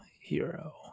hero